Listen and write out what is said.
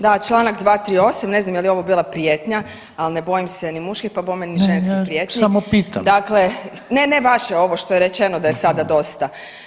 Da, čl. 238, ne znam je li ovo bila prijetnja, ali ne bojim se ni muških, pa bome ni ženskih prijetnji [[Upadica potpredsjednik: Ne, ja, samo pitam.]] dakle, ne, ne vaše, ovo što je rečeno da je sada dosta.